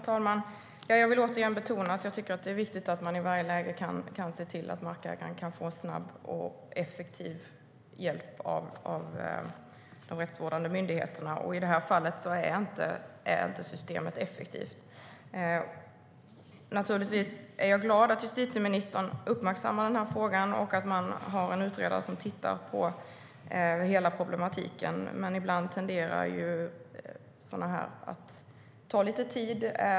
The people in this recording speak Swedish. Herr talman! Jag vill åter betona att jag tycker att det är viktigt att man i varje läge kan se till att markägaren får snabb och effektiv hjälp av de rättsvårdande myndigheterna. I det här fallet är systemet inte effektivt. Jag är naturligtvis glad att justitieministern uppmärksammar den här frågan och att man har en utredare som tittar på hela problematiken. Sådant här tenderar ibland att ta lite tid.